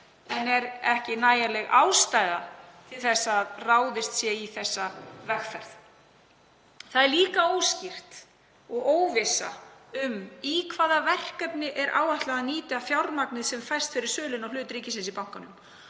en er ekki nægjanleg ástæða til þess að ráðist sé í þessa vegferð. Það er líka óskýrt og óvissa um í hvaða verkefni er áætlað að nýta fjármagnið sem fæst fyrir söluna á hlut ríkisins í bankanum.